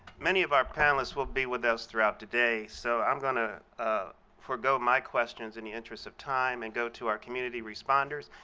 many of our panelists will be with us throughout the day so i'm going to ah forego my questions in the interest of time and go to our community responders,